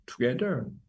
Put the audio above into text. together